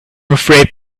afraid